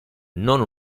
non